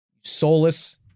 soulless